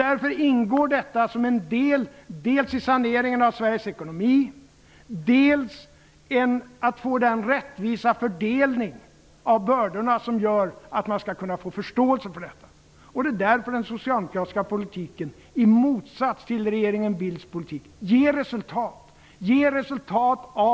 Därför ingår detta som en del dels i saneringen av Sveriges ekonomi, dels i försöken att få den rättvisa fördelning av bördorna som gör att man skall kunna få förståelse för detta. Därför ger den socialdemokratiska politiken, i motsats till regeringen Bildts politik, resultat.